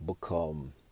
become